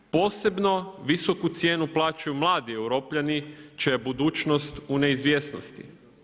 Posebno visoku cijenu plaćaju mladi Europljani čija je budućnost u neizvjesnosti.